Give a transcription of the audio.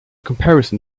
comparison